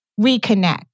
reconnect